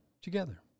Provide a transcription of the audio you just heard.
together